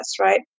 right